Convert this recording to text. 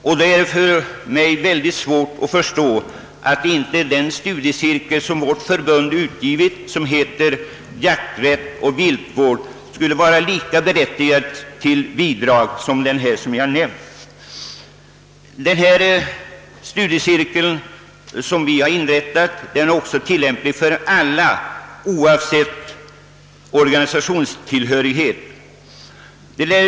Och då har jag svårt att förstå varför inte vårt förbunds studiecirkel, Jakträtt och viltvård, skall vara lika berättigad till bidrag som nämnda skrift. Vår studiecirkel är öppen för alla oavsett organisationstillhörighet.